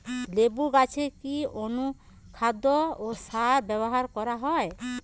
লেবু গাছে কি অনুখাদ্য ও সার ব্যবহার করা হয়?